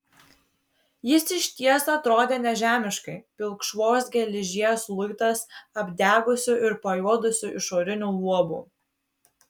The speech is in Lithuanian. jis išties atrodė nežemiškai pilkšvos geležies luitas apdegusiu ir pajuodusiu išoriniu luobu